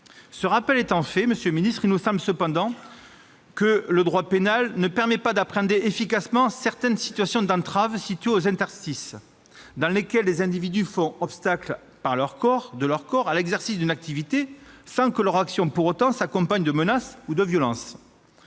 Ce rappel étant fait, monsieur le secrétaire d'État, il nous semble toutefois que le droit pénal ne permet pas d'appréhender efficacement certaines situations d'entrave situées aux interstices, dans lesquelles les individus font obstacle par leur corps à l'exercice d'une activité, sans que leur action s'accompagne pour autant de menaces ou de violences.